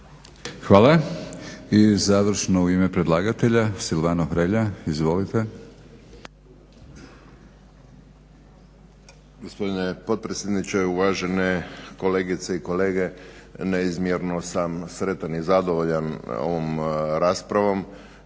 Hvala. I završno u ime predlagatelja Silvano Hrelja. Izvolite. **Hrelja, Silvano (HSU)** Gospodine potpredsjedniče, uvažene kolegice i kolege. Neizmjerno sam sretan i zadovoljan ovom raspravom